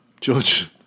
George